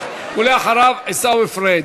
ואחריו, עיסאווי פריג'.